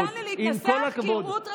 אם תיתן לי להתנסח כראות רצוני.